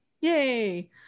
Yay